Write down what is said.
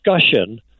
discussion